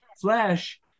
flesh